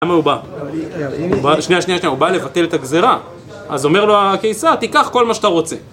למה הוא בא? הוא בא... שנייה, שנייה, שנייה, הוא בא לבטל את הגזרה אז אומר לו הקיסר, תיקח כל מה שאתה רוצה